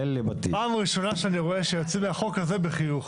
פעם ראשונה שאני רואה שיוצאים עם החוק הזה בחיוך.